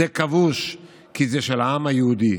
זה כבוש, כי זה של העם היהודי.